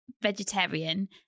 vegetarian